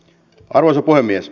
arvoisa puhemies